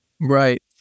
right